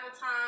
time